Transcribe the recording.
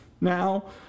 now